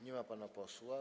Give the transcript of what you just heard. Nie ma pana posła.